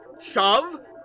shove